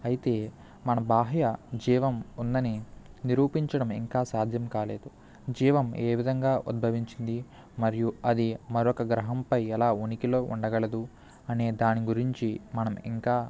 అయితే మన బాహ్య జీవం ఉందని నిరూపించడం ఇంకా సాధ్యం కాలేదు జీవం ఏ విధంగా ఉద్భవించింది మరియు అది మరొక గ్రహంపై ఎలా ఉనికిలో ఉండగలదు అనే దాని గురించి మనం ఇంకా